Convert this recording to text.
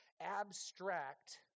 abstract